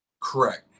Correct